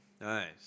Nice